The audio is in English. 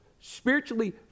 spiritually